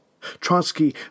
Trotsky